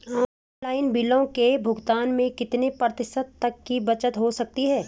Online बिलों के भुगतान में कितने प्रतिशत तक की बचत हो सकती है?